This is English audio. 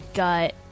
gut